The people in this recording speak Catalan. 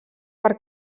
per